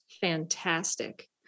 Fantastic